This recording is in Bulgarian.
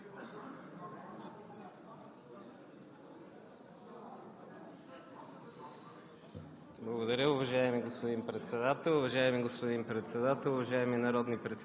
Благодаря, уважаеми господин Председател. Уважаеми господин Председател,